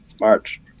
March